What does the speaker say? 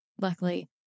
luckily